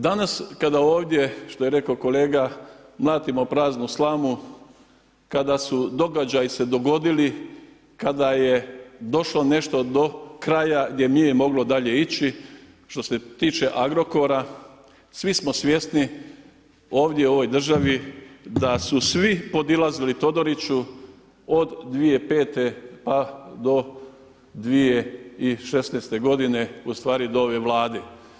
Danas kada ovdje, što je rekao kolega, mlatimo praznu slamu, kada su događaji se dogodili, kada je došlo nešto do kraja gdje nije moglo dalje ići, što se tiče Agrokora, svi smo svjesni ovdje u ovoj državi da su svi podilazili Todoriću od 2005. pa do 2016. godine, u stvari do ove Vlade.